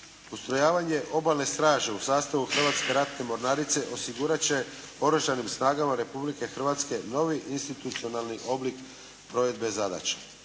Postrojavanje Obalne straže u sastavu Hrvatske ratne mornarice osigurat će Oružanim snagama Republike Hrvatske novi institucionalni oblik provedbe zadaća.